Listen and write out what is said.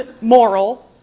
moral